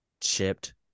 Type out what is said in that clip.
chipped